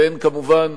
וכמובן,